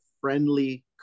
friendly